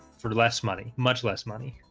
for less money much less money